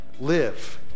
live